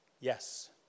yes